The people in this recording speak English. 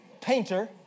painter